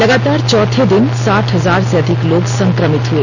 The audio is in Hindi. लगातार चौथे दिन साठ हजार से अधिक लोग संक्रमित हुए